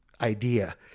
idea